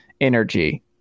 energy